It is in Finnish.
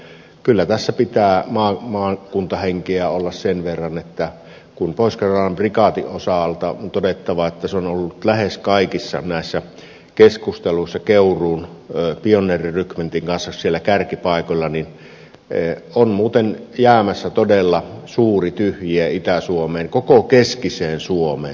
kyllä tässä pitää maakuntahenkeä olla sen verran että kun pohjois karjalan prikaatin osalta on todettava että se on ollut lähes kaikissa näissä keskusteluissa keuruun pioneerirykmentin kanssa siellä kärkipaikoilla niin on muuten jäämässä todella suuri tyhjiö itä suomeen koko keskiseen suomeen